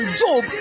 job